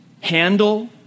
handle